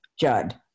Judd